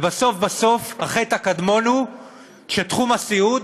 ובסוף בסוף, החטא הקדמון הוא שתחום הסיעוד